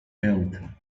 health